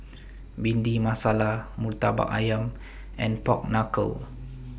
Bhindi Masala Murtabak Ayam and Pork Knuckle